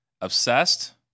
obsessed